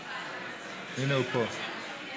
הינה, הוא פה.